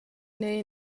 neu